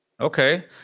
Okay